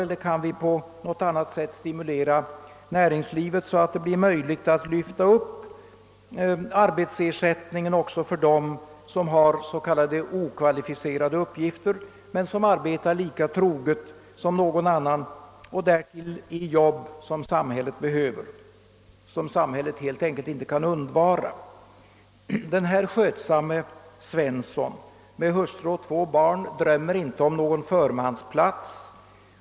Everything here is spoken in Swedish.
Eller kan vi på något sätt stimulera näringslivet så att det blir möjligt att lyfta upp arbetsersättningen också för dem som har s.k. okvalificerade uppgifter men som arbetar lika troget som någon annan och därtill i jobb som samhället behöver, som samhället helt enkelt inte kan undvara? Den här skötsamme Svensson med hustru och två barn drömmer inte om någon förmansplats.